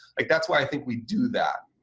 like that's why i think we do that,